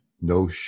no